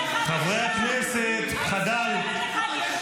המועמד מטעם יש עתיד תוקף אותו.